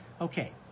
Okay